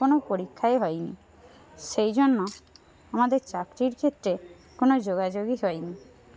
কোনো পরীক্ষাই হয়নি সেই জন্য আমাদের চাকরির ক্ষেত্রে কোনো যোগাযোগই হয়নি